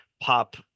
pop